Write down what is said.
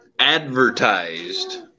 Advertised